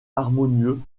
harmonieux